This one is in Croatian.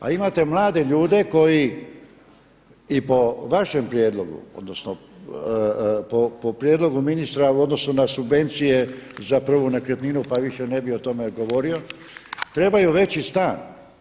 A imate mlade ljude koji i po vašem prijedlogu odnosno po prijedlogu ministra u odnosu na subvencije za prvu nekretninu pa više ne bih o tome govorio, trebaju veći stan.